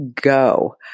go